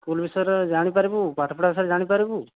school ବିଷୟରେ ଜାଣିପାରିବୁ ପାଠ ପଢ଼ା ବିଷୟରେ ଜାଣିପାରିବୁ